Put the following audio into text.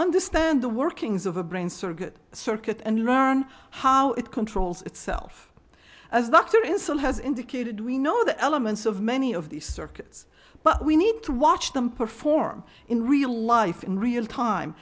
understand the workings of a brain circuit circuit and learn how it controls itself as dr insel has indicated we know the elements of many of these circuits but we need to watch them perform in real life in real time